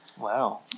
Wow